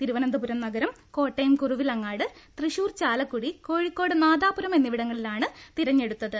തിരുവനന്തപുരം നഗരം കോട്ടയം കുറുവിലങ്ങാട് തൃശൂർ ചാല ക്കുടി കോഴിക്കോട് നാദാപുരം എന്നിവിടങ്ങളാണ് തെരഞ്ഞെടു ത്തത്